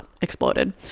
exploded